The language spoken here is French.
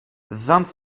vingt